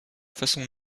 façon